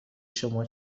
شما